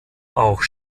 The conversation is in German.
auch